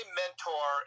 mentor